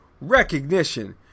Recognition